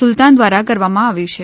સુલ્તાન દ્વારા કરવામાં આવ્યું છે